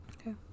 Okay